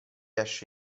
esce